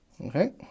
Okay